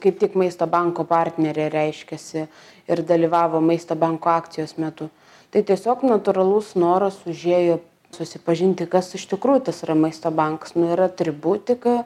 kaip tik maisto banko partnerė reiškiasi ir dalyvavo maisto banko akcijos metu tai tiesiog natūralus noras užėjo susipažinti kas iš tikrųjų tas yra maisto bankas ir atributika